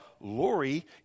Lori